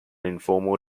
informal